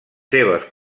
seves